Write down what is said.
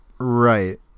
Right